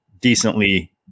decently